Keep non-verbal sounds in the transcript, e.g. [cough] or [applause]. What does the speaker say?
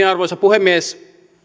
[unintelligible] arvoisa puhemies